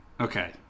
Okay